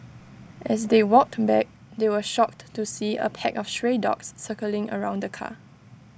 as they walked back they were shocked to see A pack of stray dogs circling around the car